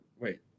Wait